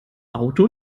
auto